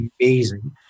amazing